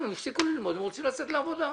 הם הפסיקו ללמוד והם רוצים לצאת לעבודה.